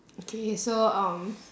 okay so um